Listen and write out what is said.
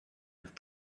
have